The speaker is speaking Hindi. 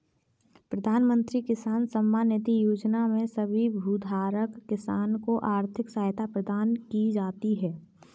प्रधानमंत्री किसान सम्मान निधि योजना में सभी भूधारक किसान को आर्थिक सहायता प्रदान की जाती है